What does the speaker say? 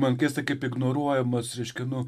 man keista kaip ignoruojamas reiškia nu